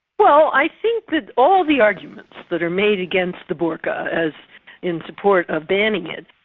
well i think that all the arguments that are made against the burqa as in support of banning it,